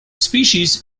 species